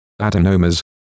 adenomas